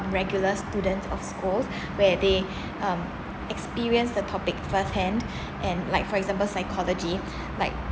regular student of schools where they um experience the topic first hand and like for example psychology like